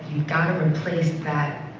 got to replace that